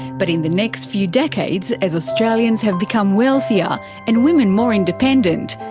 but in the next few decades as australians have become wealthier and women more independent,